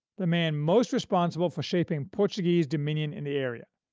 the man most responsible for shaping portuguese dominion in the area.